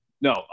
no